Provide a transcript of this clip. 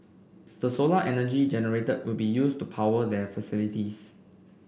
the solar energy generated will be used to power their facilities